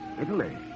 Italy